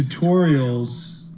tutorials